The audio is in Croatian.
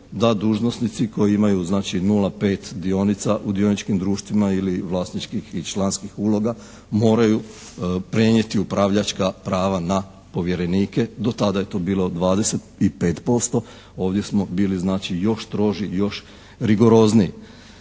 da dužnosnici koji imaju znači 0,5 dionica u dioničkim društvima ili vlasničkih ili članskih uloga moraju prenijeti upravljačka prava na povjerenike. Do tada je to bio 25%, ovdje smo bili znači još stroži i još rigorozniji.